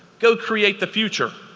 go create the future.